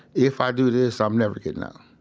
if i do this, i'm never getting out